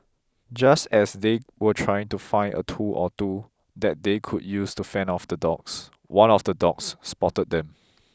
just as they were trying to find a tool or two that they could use to fend off the dogs one of the dogs spotted them